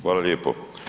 Hvala lijepo.